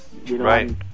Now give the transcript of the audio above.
right